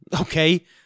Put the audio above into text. okay